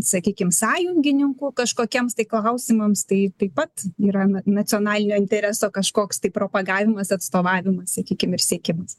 sakykim sąjungininkų kažkokiems tai klausimams tai taip pat yra nacionalinio intereso kažkoks tai propagavimas atstovavimas sakykim ir siekimas